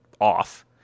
off